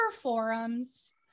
forums